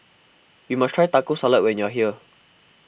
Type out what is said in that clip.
you must try Taco Salad when you are here